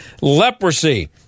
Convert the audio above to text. leprosy